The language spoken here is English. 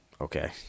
Okay